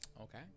okay